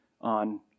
on